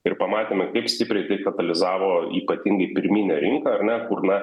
ir pamatėme kaip stipriai tai katalizavo ypatingai pirminę rinką ar ne kur na